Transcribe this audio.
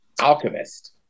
alchemist